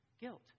Guilt